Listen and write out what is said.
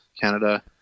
Canada